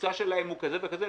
הממוצע שלהם הוא כזה וכזה,